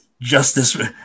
Justice